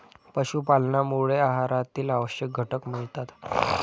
पशुपालनामुळे आहारातील आवश्यक घटक मिळतात